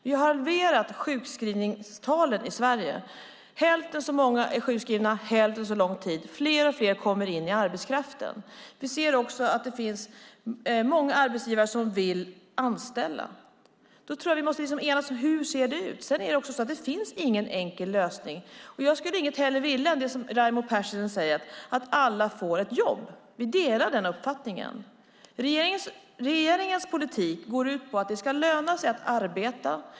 Vi har halverat sjukskrivningstalet i Sverige. Hälften så många är sjukskrivna hälften så lång tid. Fler och fler kommer in i arbetskraften. Vi ser också att det finns många arbetsgivare som vill anställa. Då tror jag att vi måste enas om hur det ser ut. Sedan är det också så att det inte finns någon enkel lösning. Jag skulle inget hellre vilja än det som Raimo Pärssinen säger, att alla får ett jobb. Vi delar den uppfattningen. Regeringens politik går ut på att det ska löna sig att arbeta.